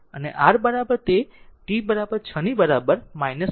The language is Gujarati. એ r બરાબર છે તે t બરાબર 6 ની બરાબર 10 છે